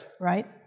Right